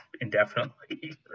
indefinitely